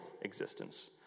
existence